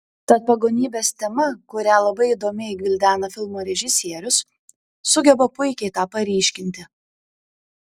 tad pagonybės tema kurią labai įdomiai gvildena filmo režisierius sugeba puikiai tą paryškinti